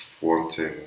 wanting